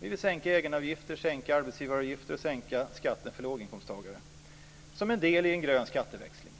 Vi vill sänka egenavgifter och arbetsgivaravgifter och skatten för låginkomsttagare som en del i en grön skatteväxling.